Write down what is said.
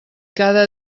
cada